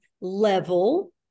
level